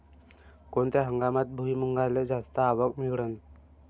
कोनत्या हंगामात भुईमुंगाले जास्त आवक मिळन?